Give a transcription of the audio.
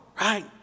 right